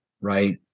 right